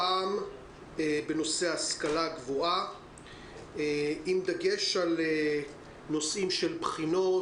הפעם בנושא ההשכלה הגבוהה עם דגש על נושאים של בחינות,